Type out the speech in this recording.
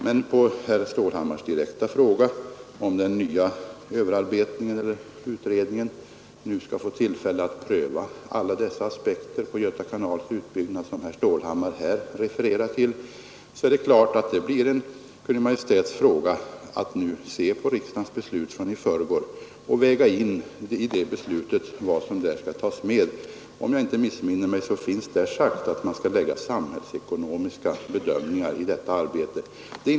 Men på herr Stålhammars direkta fråga om den nya utredningen skall få tillfälle att pröva alla de aspekter på Göta kanals utbyggnad som herr Stålhammar refererar till vill jag svara, att det självfallet ankommer på Kungl. Maj:t att nu studera riksdagens beslut från i förrgår och att lägga in vad som bör ingå i detta. Om jag inte missminner mig innebär detta beslut att samhällsekonomiska bedömningar skall göras av detta arbete.